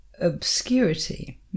obscurity